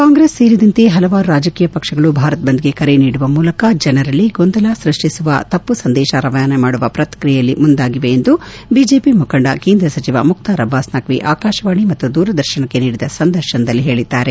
ಕಾಂಗ್ರೆಸ್ ಸೇರಿದಂತೆ ಪಲವಾರು ರಾಜಕೀಯ ಪಕ್ಷಗಳು ಭಾರತ್ ಬಂದ್ಗೆ ಕರೆ ನೀಡುವ ಮೂಲಕ ಜನರಲ್ಲಿ ಗೊಂದಲ ಸ್ಪಷ್ಟಿಸುವ ತಪ್ಪು ಸಂದೇಶ ರವಾನೆ ಮಾಡುವ ಪ್ಪಕ್ರಿಯೆಯಲ್ಲಿ ಮುಂದಾಗಿವೆ ಎಂದು ಬಿಜೆಪಿ ಮುಖಂಡ ಕೇಂದ್ರ ಸಚಿವ ಮುಕ್ತಾರ್ ಅಬ್ಲಾಸ್ ನಖ್ವಿ ಆಕಾಶವಾಣಿ ಮತ್ತು ದೂರದರ್ಶನಕ್ಕೆ ನೀಡಿದ ಸಂದರ್ಶನದಲ್ಲಿ ಹೇಳಿದ್ದಾರೆ